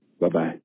Bye-bye